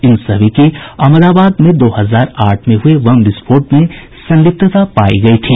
इन सभी की अहमदाबाद में दो हजार आठ में हुए बम विस्फोट में संलिप्तता पायी गयी थी